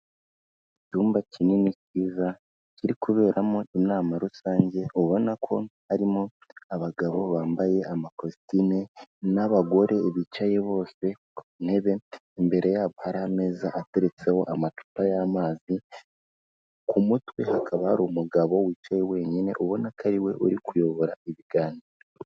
Icyumba kinini cyiza kiri kuberamo inama rusange, ubona ko harimo abagabo bambaye amakositime n'abagore bicaye bose ku ntebe, imbere yabo hari ameza ateretseho amacupa y'amazi, ku mutwe hakaba hari umugabo wicaye wenyine ubona ko ariwe uri kuyobora ibiganiro.